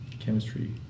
chemistry